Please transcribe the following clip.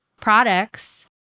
products